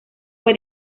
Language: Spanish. fue